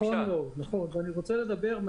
אני רוצה לדבר על